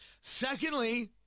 Secondly